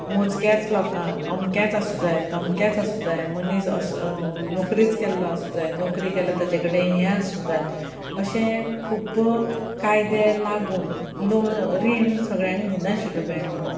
मोजक्याच लोकांक अमकेंच आसूंक जाय तमचेंक आसूंक जाय मनीस असो नोकरीच केल्लो आसूंक जाय नोकरी केल्या ताचे कडेन हें आसूंक जाय अशें खूब्ब कायदे लागून लोन रीण सगळ्यांक दिनाआशिल्ल्यो बेंको